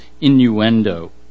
innuendo